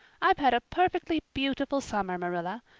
i've had a perfectly beautiful summer, marilla,